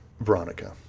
Veronica